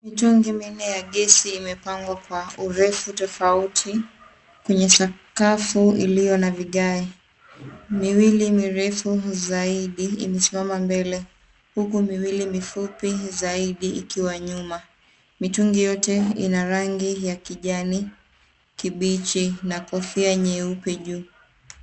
Mitungi minne ya gesi imepangwa kwa urefu tofauti kwenye sakafu iliyo na vigai, miwili mirefu zaidi imesimama mbele huku miwili mifupi zaidi ikiwa nyuma. Mitungi yote ina rangi ya kijani kibichi na kofia nyeupe juu.